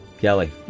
Kelly